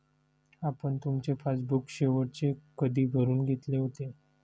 आपण तुमचे पासबुक शेवटचे कधी भरून घेतले होते?